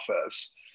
office